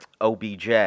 OBJ